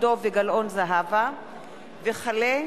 דב חנין וזהבה גלאון,